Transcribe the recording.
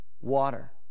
water